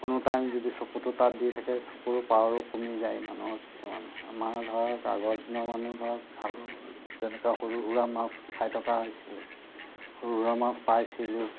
any time যদি চকুটো তাত দি থাকে চকুৰো পাৱাৰো কমি যায় মানুহৰ কিছুমান আমাৰ ধৰক আগৰ দিনৰ মানুহ ধৰক ভাল তেনেকুৱা সৰু সুৰা মাছ খাই থকা হৈছিলে সৰু সুৰা মাছ পাইছিলও